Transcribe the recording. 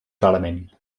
clarament